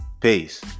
Peace